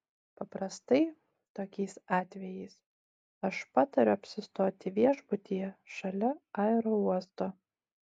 paprastai tokiais atvejais aš patariu apsistoti viešbutyje šalia aerouosto